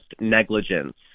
negligence